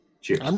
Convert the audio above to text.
cheers